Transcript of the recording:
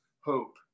hope